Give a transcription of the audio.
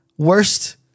Worst